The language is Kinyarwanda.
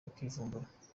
bakivumbura